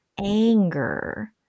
anger